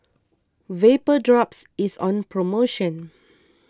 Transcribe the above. Vapodrops is on promotion